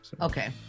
Okay